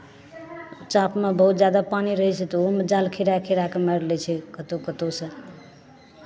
चापमे बहुत जादा पानि रहै छै तऽ ओहूमे जाल खेला खेला कऽ मारि लै छै कतहु कतहुसँ